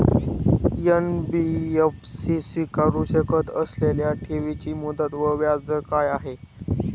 NBFC स्वीकारु शकत असलेल्या ठेवीची मुदत व व्याजदर काय आहे?